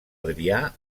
adrià